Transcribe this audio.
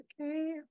Okay